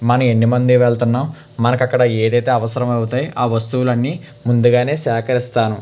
ఎన్ని మంది వెళ్తున్నాం మనకి ఏదైతే అవసరమవుతాయి ఆ వస్తువులన్నీ ముందుగానే సేకరిస్తాను